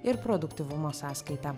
ir produktyvumo sąskaita